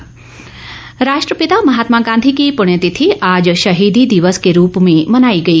पुण्यतिथि राष्ट्रपिता महात्मा गांधी की पुण्य तिथि आज शहीदी दिवस के रूप में मनाई गई